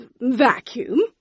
vacuum